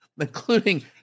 including